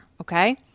Okay